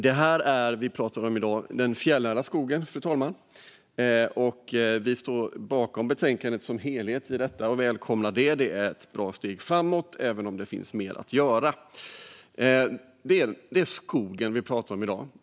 Vi pratar i dag om den fjällnära skogen, fru talman. Vi står bakom betänkandet som helhet och välkomnar det - det är ett bra steg framåt även om det finns mer att göra.